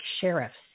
sheriffs